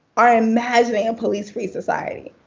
are imagining a police free society.